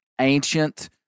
Ancient